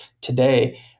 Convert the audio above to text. today